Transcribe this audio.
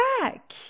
back